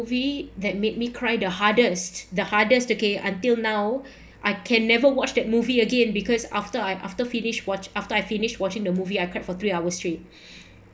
movie that made me cry the hardest the hardest okay until now I can never watch that movie again because after I after finish what after I finished watching the movie I cried for three hours straight